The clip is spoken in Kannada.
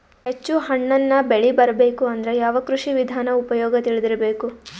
ಹೆಚ್ಚು ಹಣ್ಣನ್ನ ಬೆಳಿ ಬರಬೇಕು ಅಂದ್ರ ಯಾವ ಕೃಷಿ ವಿಧಾನ ಉಪಯೋಗ ತಿಳಿದಿರಬೇಕು?